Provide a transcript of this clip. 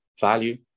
value